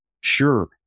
Sure